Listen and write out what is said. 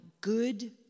good